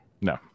No